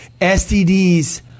STDs